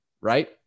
right